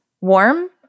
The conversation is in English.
warm